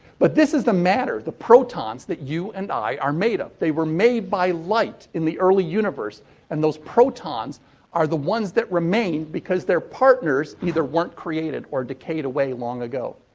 but this is the matter, the protons that you and i are made of. they were made by light in the early universe and those protons are the ones that remain because their partners either weren't created or decayed away long ago.